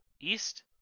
east